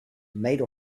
made